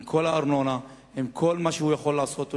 עם כל הארנונה ועם כל מה שהוא יכול לעשות,